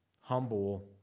humble